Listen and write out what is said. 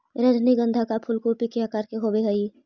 रजनीगंधा का फूल कूपी के आकार के होवे हई